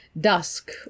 dusk